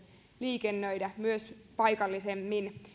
liikennöidä myös paikallisemmin